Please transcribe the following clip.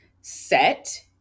set